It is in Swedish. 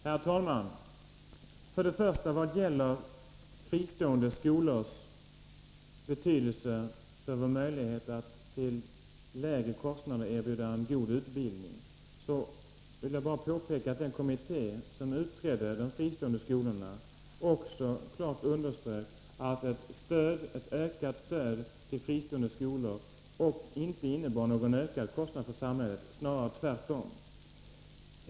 Herr talman! Först vill jag påpeka, beträffande fristående skolors betydelse för vår möjlighet att till lägre kostnader erbjuda en god utbildning, att den kommitté som utredde frågan om de fristående skolorna också klart underströk att ett ökat stöd till fristående skolor inte innebar någon ökad kostnad för samhället — snarare tvärtom.